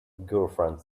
girlfriend